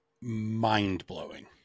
mind-blowing